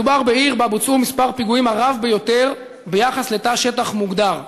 מדובר בעיר שבה בוצע מספר הפיגועים הרב ביותר ביחס לתא שטח מוגדר,